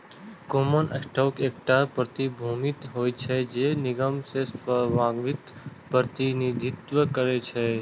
common stock एकटा प्रतिभूति होइ छै, जे निगम मे स्वामित्वक प्रतिनिधित्व करै छै